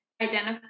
identify